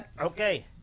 Okay